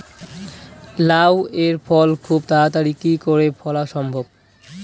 লাউ এর ফল খুব তাড়াতাড়ি কি করে ফলা সম্ভব?